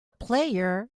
player